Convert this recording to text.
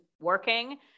working